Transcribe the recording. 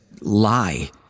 lie